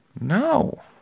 No